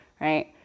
right